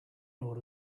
nor